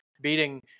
beating